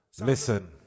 Listen